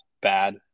bad